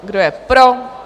Kdo je pro?